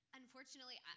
unfortunately